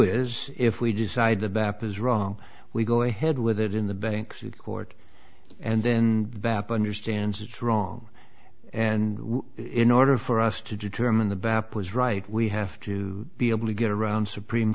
is if we decide the baptists wrong we go ahead with it in the bank court and then vapid understands it's wrong and in order for us to determine the bappa is right we have to be able to get around supreme